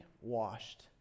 washed